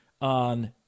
on